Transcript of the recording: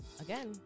Again